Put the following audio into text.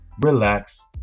relax